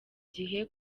gihe